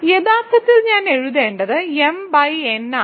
യഥാർത്ഥത്തിൽ ഞാൻ എഴുതേണ്ടത് mn ആണ്